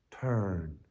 turn